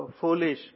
foolish